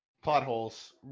Potholes